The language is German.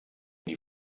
die